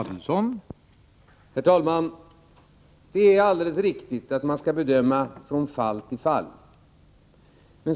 Herr talman! Det är alldeles riktigt att man skall bedöma från fall till fall.